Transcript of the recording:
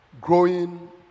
growing